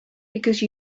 because